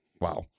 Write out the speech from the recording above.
Wow